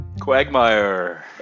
Quagmire